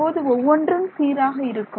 இப்போது ஒவ்வொன்றும் சீராக இருக்கும்